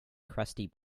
crusty